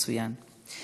מצוין.